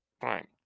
fine